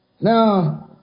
Now